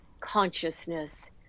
consciousness